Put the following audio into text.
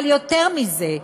אבל יותר מזה,